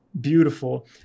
beautiful